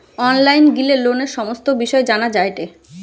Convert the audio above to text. online গিলে লোনের সমস্ত বিষয় জানা যায়টে